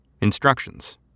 instructions